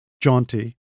Jaunty